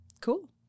Cool